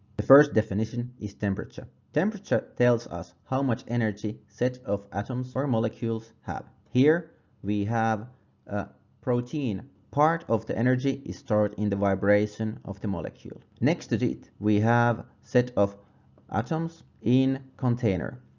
the first definition is temperature. temperature tells us how much energy set of atoms or molecules have. here we have a protein. part of the energy is stored in the vibration of the molecule. next to it we have set of atoms in container.